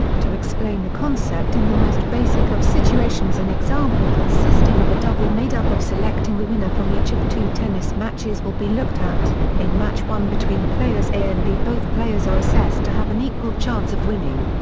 to explain the concept in the most basic of situations an example consisting of a double made up of selecting the winner from each of two tennis matches will be looked at in match one between players a and b both players are assessed to have an equal chance of winning.